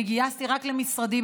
אני גייסתי רק למשרדי,